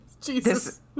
Jesus